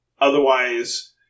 Otherwise